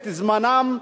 את זמנם,